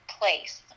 place